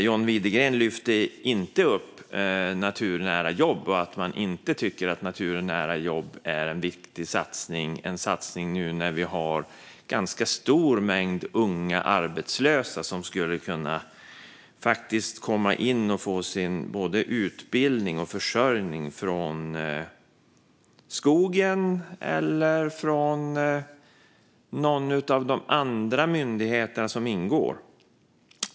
John Widegren lyfte inte upp naturnära jobb eller att Moderaterna inte tycker att naturnära jobb är en viktig satsning nu när vi har en ganska stor mängd unga arbetslösa som skulle kunna komma in och få både utbildning och försörjning från Skogsstyrelsen eller någon av de andra myndigheter som ingår.